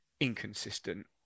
inconsistent